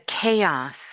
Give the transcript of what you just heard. chaos